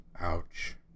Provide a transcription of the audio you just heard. Ouch